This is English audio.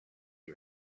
you